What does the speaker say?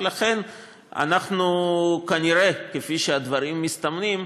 ולכן אנחנו כנראה, כפי שהדברים מסתמנים,